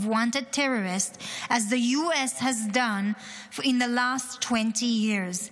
wanted terrorists as the US has done in the last 20 years.